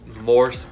more